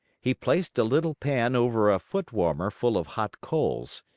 he placed a little pan over a foot warmer full of hot coals.